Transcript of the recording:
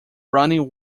running